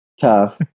Tough